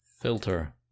Filter